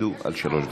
תקפידו על שלוש דקות.